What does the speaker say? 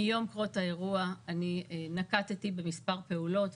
מיום קרות האירוע נקטתי בכמה פעולות,